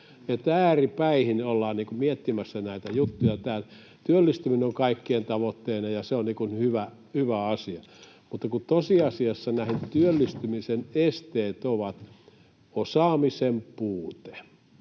ääripäihin ollaan miettimässä näitä juttuja täällä. Työllistyminen on kaikkien tavoitteena, ja se on hyvä asia, mutta tosiasiassa työllistymisen esteet ovat osaamisen puute,